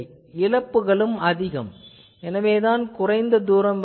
இவற்றில் இழப்புகள் அதிகம் எனவேதான் குறைந்த தூரம்